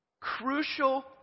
crucial